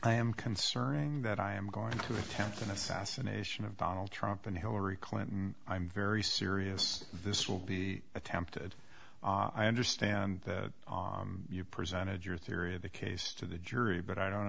i am concerned that i am going to count on assassination of donald trump and hillary clinton i'm very serious this will be attempted i understand that you presented your theory of the case to the jury but i don't